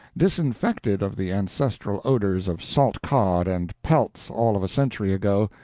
disinfected of the ancestral odors of salt-cod and pelts all of a century ago,